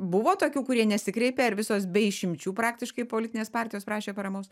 buvo tokių kurie nesikreipė ar visos be išimčių praktiškai politinės partijos prašė paramos